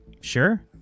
Sure